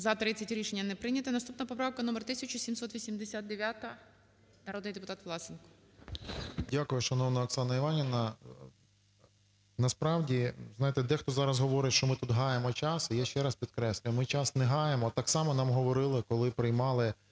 За-30 Рішення не прийнято. Наступна поправка - номер 1789-а. Народний депутат Власенко. 13:20:38 ВЛАСЕНКО С.В. Дякую, шановна Оксана Іванівна. Насправді, знаєте, дехто зараз говорить, що ми тут гаємо час, я ще раз підкреслюю, ми час не гаємо. Так само нам говорили, коли приймали